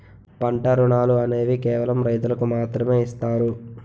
పంట రుణాలు అనేవి కేవలం రైతులకు మాత్రమే ఇస్తారు